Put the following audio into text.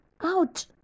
Ouch